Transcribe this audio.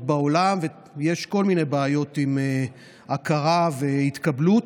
בעולם ויש כל מיני בעיות עם הכרה והתקבלות.